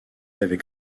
avec